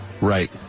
Right